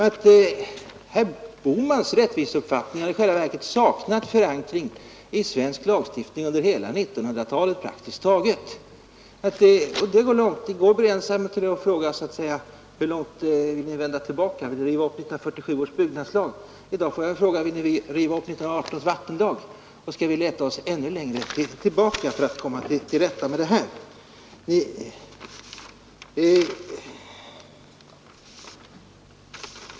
Herr Bohmans rättviseuppfattning har i själva verket saknat förankring i svensk lagstiftning under praktiskt taget hela 1900-talet. I går frågade jag hur långt ni vill vända tillbaka. Vill ni riva upp 1947 års byggnadslag? I dag får jag fråga om ni vill riva upp 1918 års vattenlag. Skall vi leta oss ännu längre tillbaka för att komma till rätta med det här?